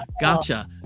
gotcha